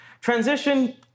Transition